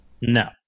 No